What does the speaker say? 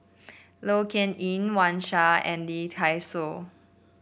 Low Yen Ling Wang Sha and Lee Dai Soh